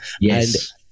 Yes